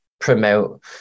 promote